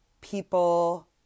people